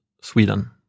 Sweden